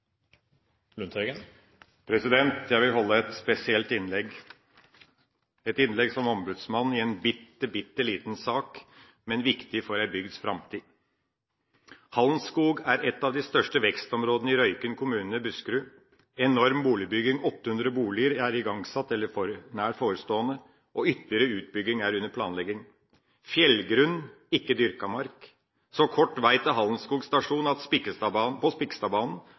flaskehalser. Jeg vil holde et spesielt innlegg, et innlegg som ombudsmann i en bitte liten sak, men viktig for en bygds framtid. Hallenskog er et av de største vekstområdene i Røyken kommune i Buskerud. En enorm boligbygging – 800 boliger er igangsatt eller nær forestående, og ytterligere utbygging er under planlegging. Fjellgrunn – ikke dyrket mark, og så kort vei til Hallenskog stasjon på Spikkestadbanen at